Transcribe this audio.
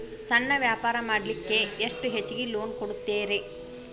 ಸಣ್ಣ ವ್ಯಾಪಾರ ಮಾಡ್ಲಿಕ್ಕೆ ಎಷ್ಟು ಹೆಚ್ಚಿಗಿ ಲೋನ್ ಕೊಡುತ್ತೇರಿ?